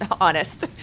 honest